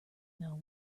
know